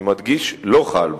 אני מדגיש: לא חל בו.